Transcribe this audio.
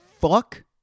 fuck